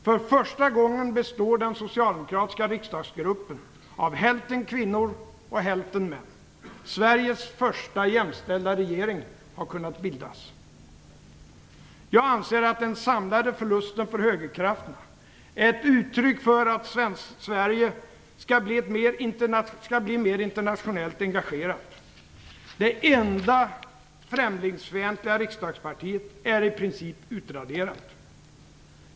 För första gången består den socialdemokratiska riksdagsgruppen av hälften kvinnor och hälften män. Sveriges första jämställda regering har kunnat bildas. Jag anser att den samlade förlusten för högerkrafterna är ett uttryck för att Sverige skall bli mer internationellt engagerat. Det enda främlingsfientliga riksdagspartiet är i princip utraderat.